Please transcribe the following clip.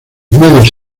medios